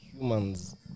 humans